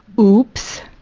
oops.